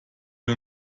wir